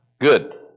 Good